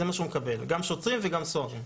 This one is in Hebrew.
גם שוטרים וגם סוהרים.